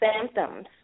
symptoms